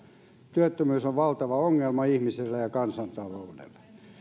työttömyys on on valtava ongelma ihmisille ja kansantaloudelle